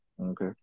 Okay